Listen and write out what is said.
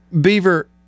Beaver